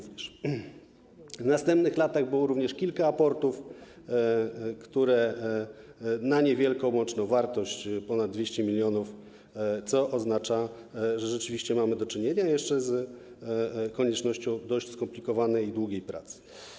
W następnych latach było również kilka aportów na niewielką łączną wartość ponad 200 mln zł, co oznacza, że rzeczywiście mamy jeszcze do czynienia z koniecznością dość skomplikowanej i długiej pracy.